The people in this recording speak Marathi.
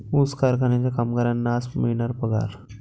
ऊस कारखान्याच्या कामगारांना आज मिळणार पगार